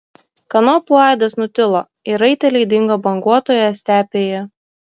kanopų aidas nutilo ir raiteliai dingo banguotoje stepėje